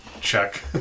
Check